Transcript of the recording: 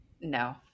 No